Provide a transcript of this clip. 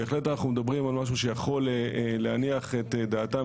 בהחלט אנחנו מדברים על משהו שיכול להניח את דעתם